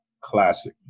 classic